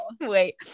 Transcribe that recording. wait